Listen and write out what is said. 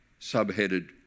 subheaded